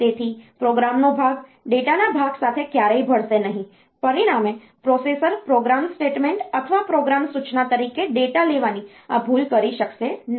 તેથી પ્રોગ્રામનો ભાગ ડેટાના ભાગ સાથે ક્યારેય ભળશે નહીં પરિણામે પ્રોસેસર પ્રોગ્રામ સ્ટેટમેન્ટ અથવા પ્રોગ્રામ સૂચના તરીકે ડેટા લેવાની આ ભૂલ કરી શકશે નહીં